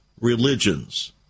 religions